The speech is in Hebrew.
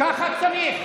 ככה צריך.